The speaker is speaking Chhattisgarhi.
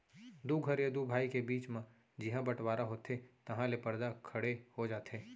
दू घर या दू भाई के बीच म जिहॉं बँटवारा होथे तहॉं ले परदा खड़े हो जाथे